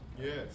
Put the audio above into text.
Yes